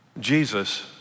Jesus